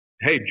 hey